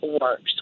works